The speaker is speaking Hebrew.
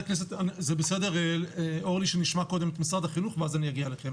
זה בסדר אורלי שנשמע קודם את משרד החינוך ואז אני אגיע אליכם?